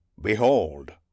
Behold